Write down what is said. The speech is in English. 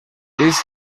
this